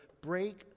break